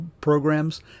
programs